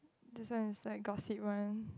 this one is like gossip one